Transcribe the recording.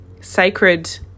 sacred